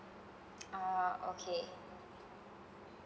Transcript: ah okay